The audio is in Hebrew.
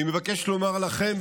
אני מבקש לומר לכם,